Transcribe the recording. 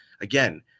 again